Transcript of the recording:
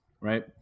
right